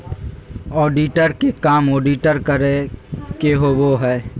auditor के काम audit करे के होबो हइ